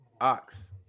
Ox